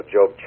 Job